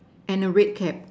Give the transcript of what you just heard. and a red cap